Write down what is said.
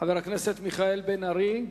חבר הכנסת מיכאל בן-ארי,